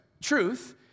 Truth